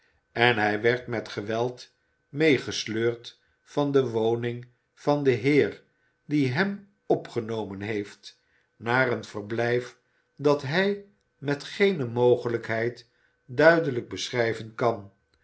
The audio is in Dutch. en hij werd met geweld meegesleurd van de woning van den heer die hem opgenomen heeft naar een verblijf dat hij met geene mogelijkheid duidelijk beschrijven kan